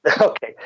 Okay